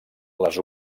les